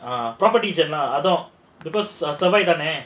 ah property agent ah அதான்:adhaan